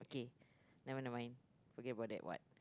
okay nevermind nevermond forget about that one